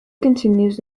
continues